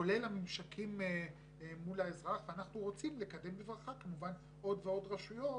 כולל הממשקים מול האזרח ואנחנו רוצים לקדם בברכה כמובן עוד ועוד רשויות